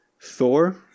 Thor